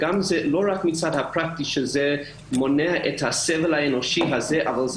זה לא רק מהצד הפרקטי מונע את הסבל האנושי אלא זה